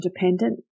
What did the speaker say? Independent